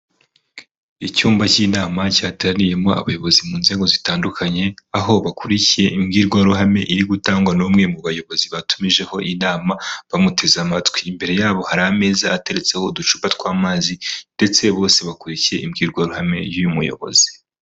Icyumba cy'inama cyateraniyemo abayobozi mu nzego zitandukanye aho bakurikiye imbwirwaruhame iri gutangwa n'umwe mu bayobozi batumijeho inama bamuteze amatwi, imbere yabo hari ameza ateretseho uducupa tw'amazi ndetse bose bakurikiye imbwirwaruhame y'uyu muyobozi.